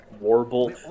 Warble